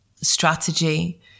strategy